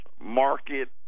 market